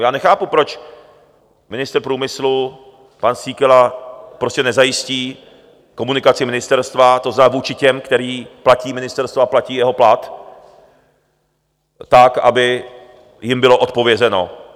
Já nechápu, proč ministr průmyslu pan Síkela prostě nezajistí komunikaci ministerstva vůči těm, kteří platí ministerstva a platí jeho plat, tak aby jim bylo odpovězeno.